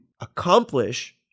accomplish